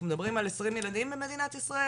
אנחנו מדברים על 20 ילדים במדינת ישראל?